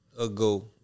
ago